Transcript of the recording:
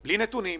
זאת מדיניות שלהם.